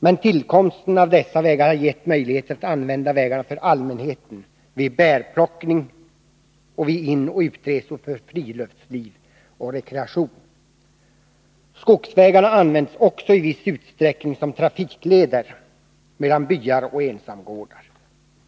Men tillkomsten av dessa vägar har också gett allmänheten möjligheter att använda vägarna vid bärplockning och vid inoch utresor för friluftsliv och rekreation. Skogsvägarna används också i viss utsträckning som trafikleder mellan byar och ensamgårdar.